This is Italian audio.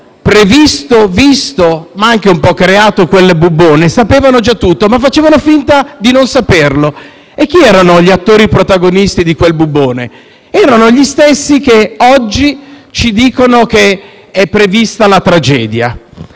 previsto, visto, ma anche un po' creato quel bubbone sapevano già tutto, ma facevano finta di non saperlo. E chi erano gli attori protagonisti di quel bubbone? Erano gli stessi che oggi ci dicono che è prevista la tragedia.